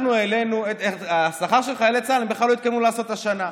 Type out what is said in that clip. את השכר של חיילי צה"ל הם בכלל לא התכוונו לעשות השנה.